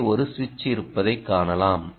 இங்கே ஒரு சுவிட்ச் இருப்பதைக் காணலாம்